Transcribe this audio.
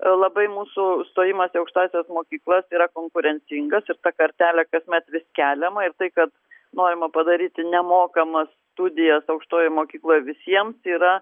labai mūsų stojimas į aukštąsias mokyklas yra konkurencingas ir ta kartelė kasmet vis keliama ir tai kad norima padaryti nemokamas studijas aukštojoj mokykloj visiems yra